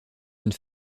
une